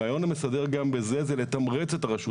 הרעיון המסדר גם בזה זה לתמרץ את הרשות